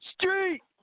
Street